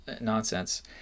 nonsense